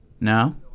no